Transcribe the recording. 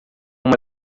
uma